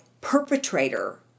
perpetrator